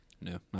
No